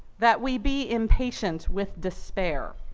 that we be impatient with despair,